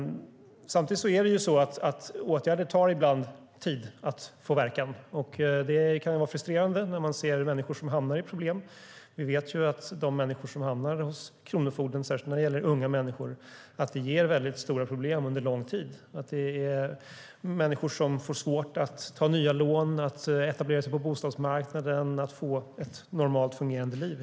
Samtidigt tar åtgärder ibland tid innan de får verkan. Det kan vara frustrerande när man ser människor som hamnar i problem. Vi vet att de människor som hamnar hos kronofogden, särskilt när det gäller unga människor, får stora problem under lång tid. De får svårt att ta nya lån, att etablera sig på bostadsmarknaden eller att helt enkelt få ett normalt fungerande liv.